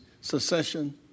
secession